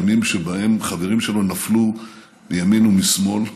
ימים שבהם חברים שלו נפלו מימין ומשמאל.